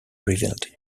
revealed